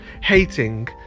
hating